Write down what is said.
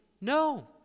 No